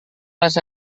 les